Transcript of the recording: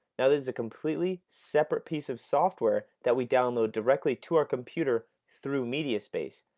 now this is a completely separate piece of software that we download directly to our computer through mediaspace.